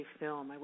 film